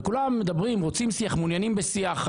כולם מדברים ואומרים שרוצים שיח, מעוניינים בשיח.